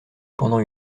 pendant